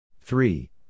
Three